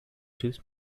typs